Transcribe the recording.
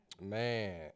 Man